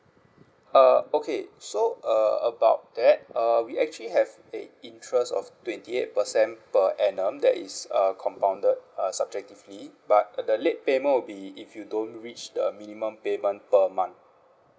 uh okay so uh about that uh we actually have a interest of twenty eight percent per annum that is uh compounded uh subjectively but uh the late payment would be if you don't reach the minimum payment per month